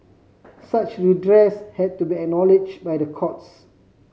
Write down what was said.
such redress had to be acknowledged by the courts